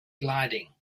gliding